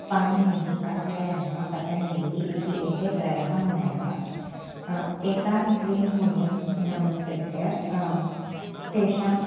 पाणिनिः कात्यायनः पतञ्जलिः इति एते त्रयः मुनयः एतान् त्रीन् मुनीन् नमस्कृत्य तेषां